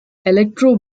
electro